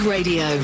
Radio